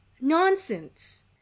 Nonsense